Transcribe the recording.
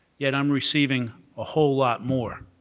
yet i'm receiving a whole lot more